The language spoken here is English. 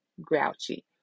grouchy